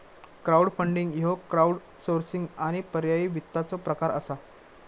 crowdfunding ह्यो crowdsourcing आणि पर्यायी वित्ताचो प्रकार असा